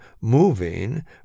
moving